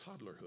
toddlerhood